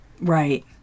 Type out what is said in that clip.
right